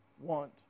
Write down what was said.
want